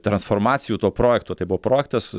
transformacijų to projekto tai buvo projektas